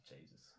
Jesus